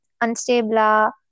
unstable